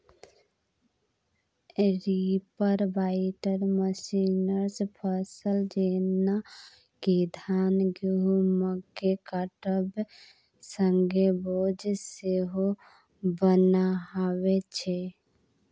reaper binder मशीनसँ फसल जेना कि धान गहुँमकेँ काटब संगे बोझ सेहो बन्हाबै छै